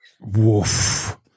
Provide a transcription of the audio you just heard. Woof